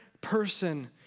person